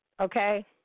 Okay